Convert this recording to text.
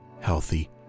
healthy